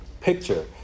picture